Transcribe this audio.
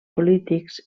polítics